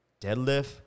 deadlift